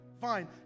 fine